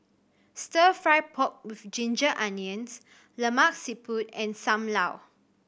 Stir Fry pork with ginger onions Lemak Siput and Sam Lau